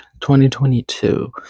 2022